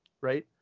Right